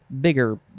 bigger